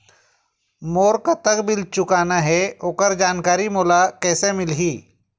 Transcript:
मोर कतक बिल चुकाहां ओकर जानकारी मोला कैसे मिलही?